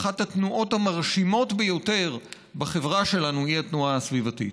אחת התנועות המרשימות ביותר בחברה שלנו היא התנועה הסביבתית.